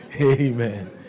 Amen